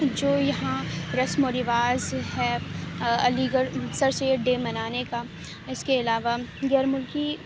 جو یہاں رسم و رواج ہے Aligarh sir Syed day منانے کا اس کے علاوہ غیر ملکی